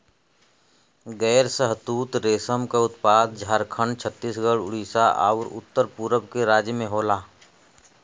गैर शहतूत रेशम क उत्पादन झारखंड, छतीसगढ़, उड़ीसा आउर उत्तर पूरब के राज्य में होला